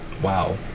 Wow